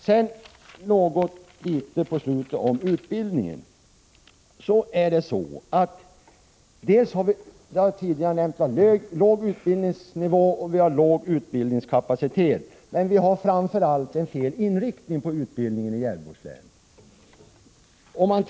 Så också något litet om utbildningen. Dels har vi, som tidigare nämnts, låg utbildningsnivå, dels har vi låg utbildningskapacitet, men framför allt har vi fel inriktning på utbildningen i Gävleborgs län.